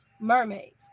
mermaids